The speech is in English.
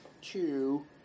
two